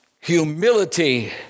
Humility